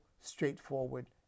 straightforward